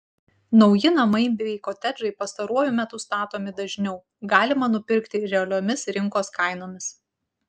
nauji namai bei kotedžai pastaruoju metu statomi dažniau galima nupirkti realiomis rinkos kainomis